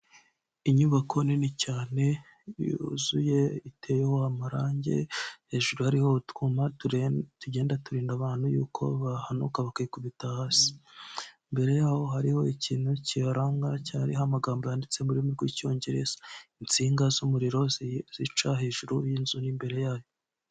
Inyubako nini cyane yuzuye iteyeho amarange, hejuru hariho utwuma tugenda turinda abantu y'uko bahanuka bakikubita hasi, imbere y'aho hariho ikintu kibaranga cyariho amagambo yanditse mu rurimi rw'icyongereza, insinga z'umuriro zica hejuru y'inzu n'imbere yayo.